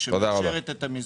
שמאשרת את המיזוג.